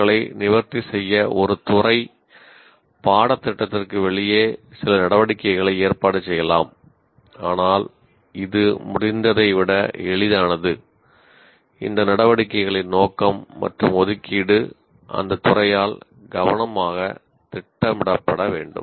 க்களை நிவர்த்தி செய்ய ஒரு துறை பாடத்திட்டத்திற்கு வெளியே சில நடவடிக்கைகளை ஏற்பாடு செய்யலாம் ஆனால் இது முடிந்ததை விட எளிதானது இந்த நடவடிக்கைகளின் நோக்கம் மற்றும் ஒதுக்கீடு அந்த துறையால் கவனமாக திட்டமிடப்பட வேண்டும்